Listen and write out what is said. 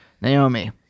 Naomi